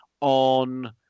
on